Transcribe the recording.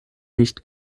nicht